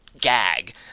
gag